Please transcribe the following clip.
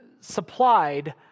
supplied